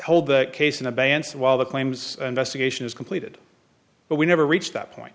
hold the case in abeyance while the claims investigation is completed but we never reach that point